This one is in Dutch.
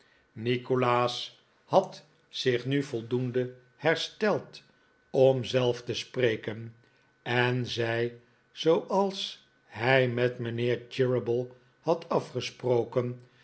nikolaas had zich nu voldoende hersteld om zelf te spreken en zei zooals hij met mijnheer cheeryble had afgesproken